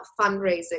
fundraising